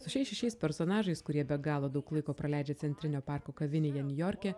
su šiais šešiais personažais kurie be galo daug laiko praleidžia centrinio parko kavinėje niujorke